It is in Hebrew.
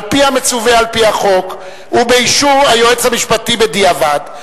על-פי המצווה על-פי החוק ובאישור היועץ המשפטי בדיעבד,